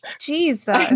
Jesus